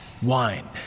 wine